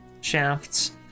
shafts